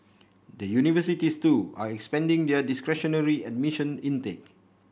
the universities too are expanding their discretionary admission intake